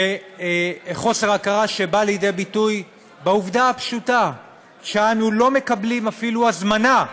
חוסר הכרה שבא לידי ביטוי בעובדה הפשוטה שאנו לא מקבלים אפילו הזמנה